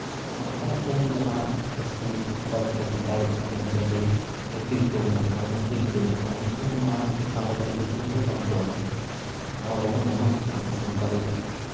ᱥᱟᱱᱛᱟᱲ ᱨᱮᱱ ᱡᱟᱦᱟᱸ S T ᱠᱳᱴᱟ ᱛᱮᱠᱚ ᱥᱟᱱᱛᱟᱲ ᱮᱢᱮᱞᱮ ᱮᱢ ᱯᱤ ᱠᱚᱠᱚ ᱵᱮᱱᱟᱜ ᱠᱟᱱᱟ ᱢᱚᱱᱛᱨᱤ ᱠᱚᱠᱚ ᱵᱮᱱᱟᱜ ᱠᱟᱱᱟ ᱩᱱᱠᱩ ᱦᱚᱸ ᱱᱚᱣᱟ ᱪᱮᱛᱟᱱ ᱨᱮ ᱢᱮᱫ ᱞᱩᱛᱩᱨ ᱫᱚ ᱵᱟᱝ ᱠᱚ ᱮᱢᱟᱜ ᱠᱟᱱᱟ ᱱᱚᱣᱟ ᱵᱟᱵᱚᱱ ᱮᱢᱟᱜ ᱠᱷᱟᱱ ᱥᱟᱱᱛᱟᱲᱤ